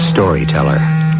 Storyteller